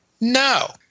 No